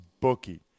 bookie